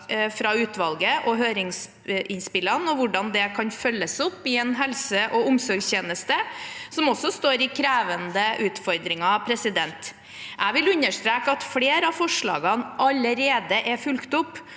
fra utvalget og høringsinnspillene kan følges opp i en helse- og omsorgstjeneste som står overfor krevende utfordringer. Jeg vil understreke at flere av forslagene allerede er fulgt opp,